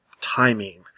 timing